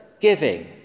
giving